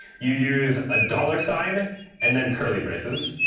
you use a dollar sign and then curly braces.